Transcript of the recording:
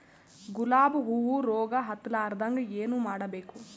ಗುಲಾಬ್ ಹೂವು ರೋಗ ಹತ್ತಲಾರದಂಗ ಏನು ಮಾಡಬೇಕು?